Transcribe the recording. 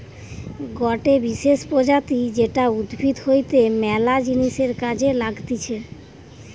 গটে বিশেষ প্রজাতি যেটা উদ্ভিদ হইতে ম্যালা জিনিসের কাজে লাগতিছে